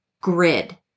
grid